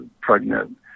pregnant